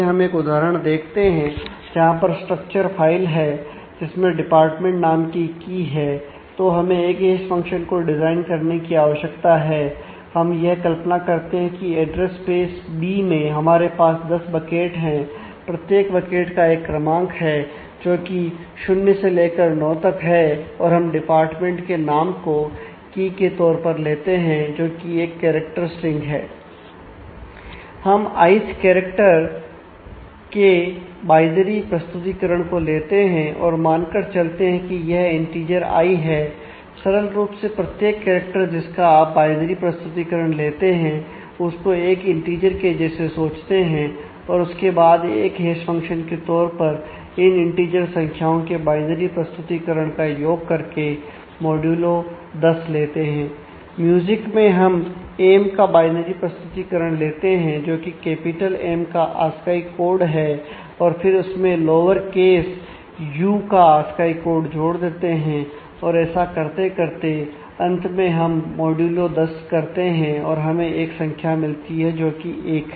हम आई 10 करते हैं और हमें एक संख्या मिलती है जोकि 1 है